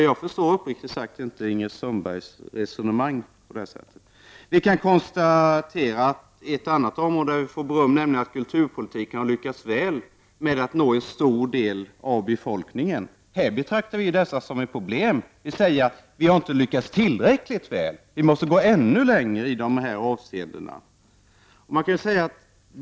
Jag förstår uppriktigt sagt inte Ingrid Sundbergs resonemang på den här punkten. Vi får också beröm för att kulturpolitiken har lyckats väl med att nå en stor del av befolkningen. Här betraktar vi detta som ett problem, och vi anser att vi inte har lyckats tillräckligt bra utan att vi måste gå ännu längre i dessa avseenden.